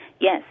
yes